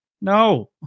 No